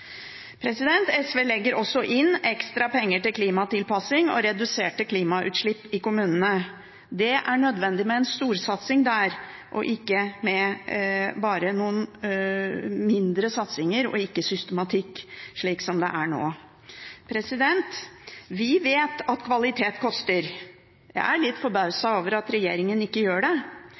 SV legger også inn ekstra penger til klimatilpassing og reduserte klimautslipp i kommunene. Det er nødvendig med en storsatsing der, ikke bare med noen mindre satsinger og ingen systematikk, slik som det er nå. Vi vet at kvalitet koster. Jeg er litt forbauset over at regjeringen ikke gjør det.